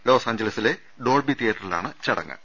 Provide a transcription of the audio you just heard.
loss ആഞ്ചൽസിലെ Dolby തിയേറ്ററിലാണ് ചടങ്ങ്